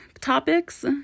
topics